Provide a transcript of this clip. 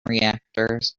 reactors